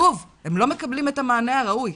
שוב,